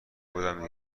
بودم